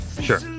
sure